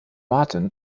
martin